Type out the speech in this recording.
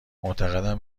معتقدم